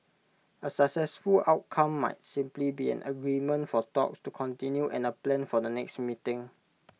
A successful outcome might simply be an agreement for talks to continue and A plan for the next meeting